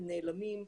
הם נעלמים.